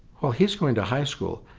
while he's going to high school,